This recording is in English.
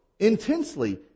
intensely